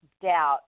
doubt